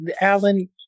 Alan